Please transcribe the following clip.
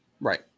Right